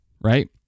right